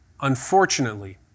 Unfortunately